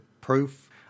proof